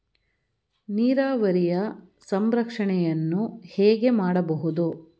ನೀರಾವರಿಯ ಸಂರಕ್ಷಣೆಯನ್ನು ಹೇಗೆ ಮಾಡಬಹುದು?